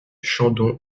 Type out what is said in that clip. chandon